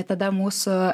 tada mūsų